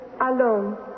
Alone